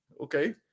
okay